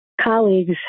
colleagues